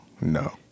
no